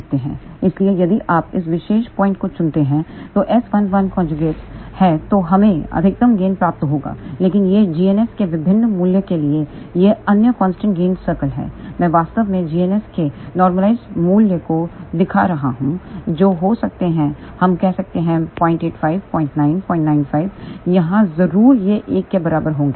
इसलिए यदि आप इस विशेष पॉइंट को चुनते हैं जो S11 है तो हमें अधिकतम गेन प्राप्त होगा लेकिन ये gns के विभिन्न मूल्य के लिए यह अन्य कांस्टेंट गेन सर्कल्स हैं मैं वास्तव में gns के नॉर्मलाइज्ड मूल्य को दिखा रहा हूं जो हो सकते हैं हम कह सकते हैं 085 09 095 यहां जरूर यह एक के बराबर होंगे